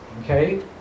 Okay